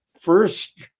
first